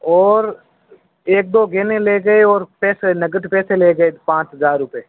और एक दो गहने ले गए और पैसे नगद पैसे ले गए पाँच हज़ार रुपए